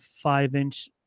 five-inch